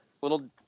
little